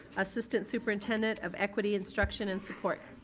assistant superintendent of equity, instruction and support.